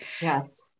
Yes